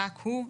רק הוא,